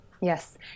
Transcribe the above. Yes